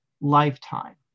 lifetime